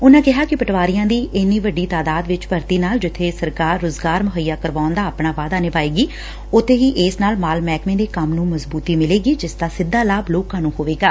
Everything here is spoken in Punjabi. ਉਨੁਾਂ ਕਿਹਾ ਕਿ ਪਟਵਾਰੀਆਂ ਦੀ ਇੰਨੀ ਵੱਡੀ ਤਾਦਾਤ ਵਿੱਚ ਭਰਤੀ ਨਾਲ ਜਿੱਬੇ ਸਰਕਾਰ ਰੁਜ਼ਗਾਰ ਮੁਹੱਈਆ ਕਰਵਾਉਣ ਦਾ ਆਪਣਾ ਵਾਅਦਾ ਨਿਭਾਏਗੀ ਉੱਬੇ ਇਸ ਨਾਲ ਮਾਲ ਮਹਿਕਮੇ ਦੇ ਕੰਮ ਨੂੰ ਮਜਬੂਤੀ ਮਿਲੇਗੀ ਜਿਸ ਦਾ ਸਿੱਧਾ ਲਾਭਾ ਲੋਕਾਂ ਨੂੰ ਹੋਵੇਗਾ